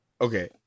okay